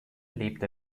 lebt